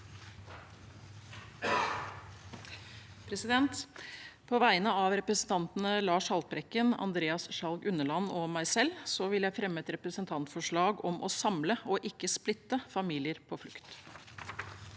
På vegne av represen- tantene Lars Haltbrekken, Andreas Sjalg Unneland og meg selv vil jeg fremme et representantforslag om å samle og ikke splitte familier på flukt.